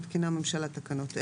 מתקינה הממשלה תקנות אלה: